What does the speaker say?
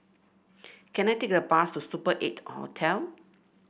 can I take a bus to Super Eight Hotel